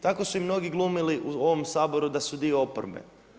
Tako su i mnogi glumili u ovom Saboru da su dio oporbe.